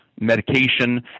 medication